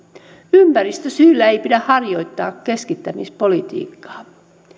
ympäristösyillä ei pidä harjoittaa keskittämispolitiikkaa